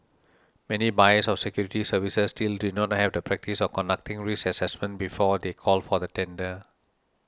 many buyers of security services still do not have the practice of conducting risk assessments before they call for tender